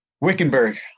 Wickenburg